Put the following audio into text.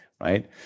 right